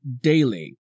daily